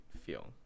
feel